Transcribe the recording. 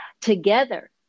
together